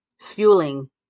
fueling